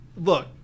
look